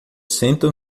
sentam